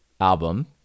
album